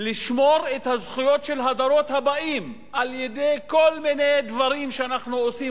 לשמור את הזכויות של הדורות הבאים על-ידי כל מיני דברים שאנחנו עושים,